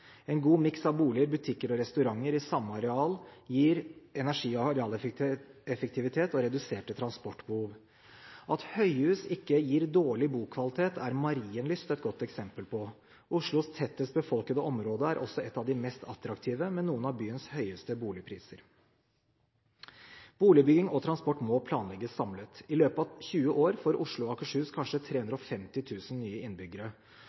En god miks av boliger, butikker og restauranter i samme område gir areal- og energieffektivitet og reduserte transportbehov. At høyhus ikke gir dårlig bokvalitet, er Marienlyst et godt eksempel på. Oslos tettest befolkede område er også ett av de mest attraktive, med noen av byens høyeste boligpriser. Boligbygging og transport må planlegges samlet. I løpet av 20 år får Oslo og Akershus kanskje 350 000 nye innbyggere.